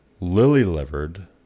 lily-livered